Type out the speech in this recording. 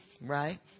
Right